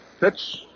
Pitch